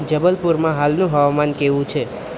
જબલપુરમાં હાલનું હવામાન કેવું છે